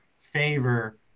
favor